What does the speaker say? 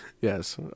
Yes